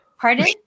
Pardon